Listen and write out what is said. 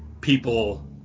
people